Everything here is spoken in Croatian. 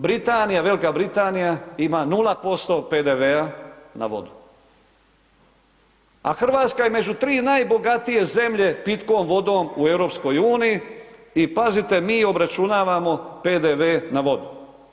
Britanija, Velika Britanija ima 0% PDV-a na vodu, a RH između 3 najbogatije zemlje pitkom vodom u EU i pazite, mi obračunavamo PDV na vodu.